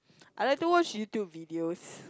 I like to watch YouTube videos